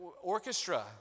orchestra